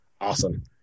Awesome